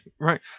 right